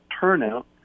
turnout